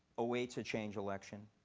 a way to change election,